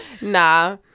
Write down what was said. Nah